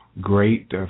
great